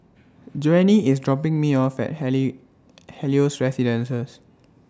Joanie IS dropping Me off At Helios Residences